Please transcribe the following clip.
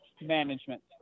Management